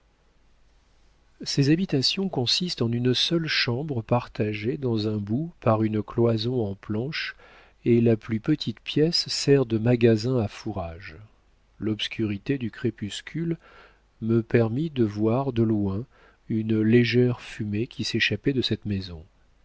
ces habitations consistent en une seule chambre partagée dans un bout par une cloison en planches et la plus petite pièce sert de magasin à fourrages l'obscurité du crépuscule me permit de voir de loin une légère fumée qui s'échappait de cette maison